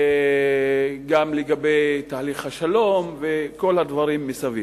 גם לגבי תהליך השלום וכל הדברים מסביב.